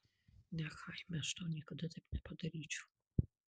ne chaime aš tau niekada taip nepadaryčiau